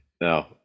No